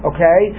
Okay